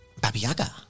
Babiaga